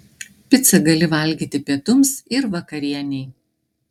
picą gali valgyti pietums ir vakarienei